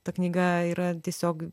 ta knyga yra tiesiog